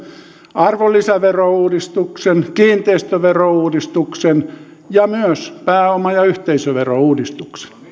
arvonlisäverouudistuksen kiinteistöverouudistuksen ja myös pääoma ja yhteisöverouudistuksen